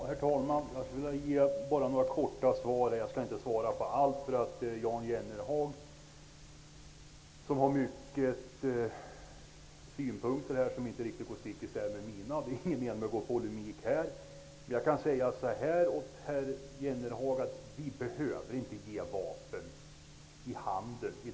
Herr talman! Jag skall bara ge några korta svar. Jan Jennehag har många åsikter som inte riktigt stämmer överens med mina, men det är ingen mening med att gå i polemik här. Vi skall inte behöva ge vapen i handen som bistånd, herr Jennehag.